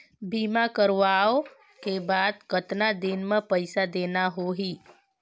बीमा करवाओ के बाद कतना दिन मे पइसा देना हो ही?